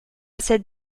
cette